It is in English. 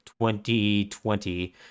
2020